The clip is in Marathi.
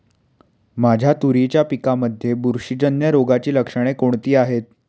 माझ्या तुरीच्या पिकामध्ये बुरशीजन्य रोगाची लक्षणे कोणती आहेत?